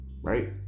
Right